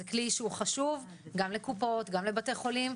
זה כלי שהוא חשוב - גם לקופות, גם לבתי חולים.